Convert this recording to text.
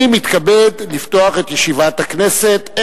אני מתכבד לפתוח את ישיבת הכנסת.